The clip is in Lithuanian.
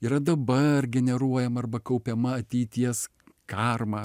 yra dabar generuojama arba kaupiama ateities karma